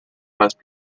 must